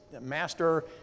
master